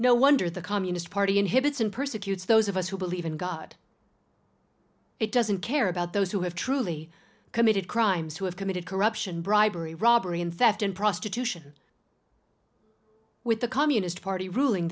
no wonder the communist party inhibits and persecute those of us who believe in god it doesn't care about those who have truly committed crimes who have committed corruption bribery robbery and theft and prostitution with the communist party ruling